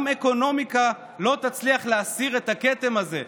גם אקונומיקה לא תצליח להסיר את הכתם הזה.